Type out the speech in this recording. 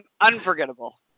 unforgettable